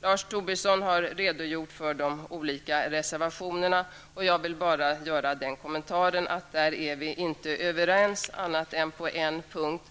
Lars Tobisson har redogjort för de olika reservationerna. Jag vill bara göra den kommentaren att där är vi inte överens utom på en punkt.